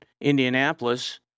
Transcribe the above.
Indianapolis